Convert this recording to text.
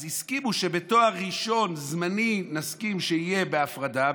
אז הסכימו שבתואר ראשון, זמנית, תהיה הפרדה.